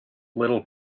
little